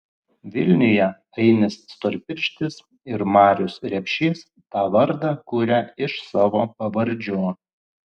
vilniuje ainis storpirštis ir marius repšys tą vardą kuria iš savo pavardžių